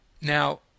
Now